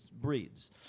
breeds